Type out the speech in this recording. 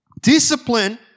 Discipline